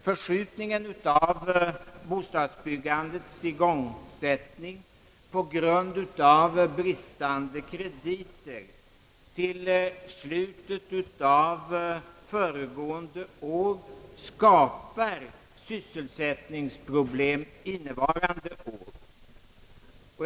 Förskjutningen av bostadsbyggandets igångsättning på grund av bristande krediter i slutet av föregående år skapar nämligen sysselsättningsproblem även innevarande år.